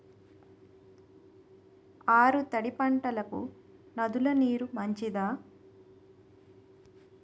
ఆరు తడి పంటలకు నదుల నీరు మంచిదా?